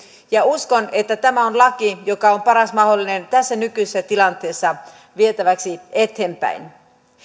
ja uskon että tämä on laki joka on paras mahdollinen tässä nykyisessä tilanteessa vietäväksi eteenpäin